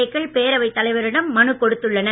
ஏ க்கள் பேரவைத் தலைவரிடம் மனு கொடுத்துள்ளனர்